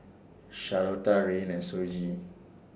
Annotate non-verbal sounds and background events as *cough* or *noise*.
*unintelligible* Rayne and Shoji